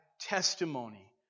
testimony